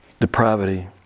depravity